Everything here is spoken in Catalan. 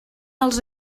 els